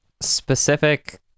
specific